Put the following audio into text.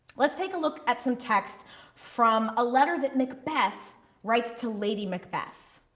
let's take a look at some text from a letter that macbeth writes to lady macbeth.